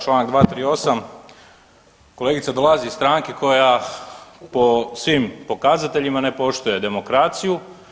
Čl. 238, kolegica dolazi iz stranke koja po svim pokazateljima ne poštuje demokraciju.